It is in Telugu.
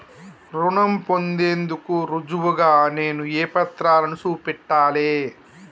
రుణం పొందేందుకు రుజువుగా నేను ఏ పత్రాలను చూపెట్టాలె?